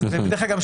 דרך אגב,